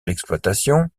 l’exploitation